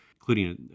including